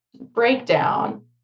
breakdown